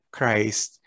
Christ